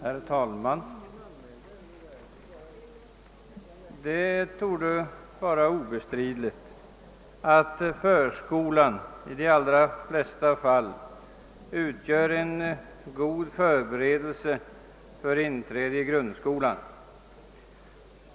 Herr talman! Det torde vara obestridligt att förskolan i de allra flesta fall utgör en god förberedelse för inträde i grundskolan.